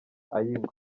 ay’ingwe